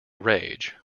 rage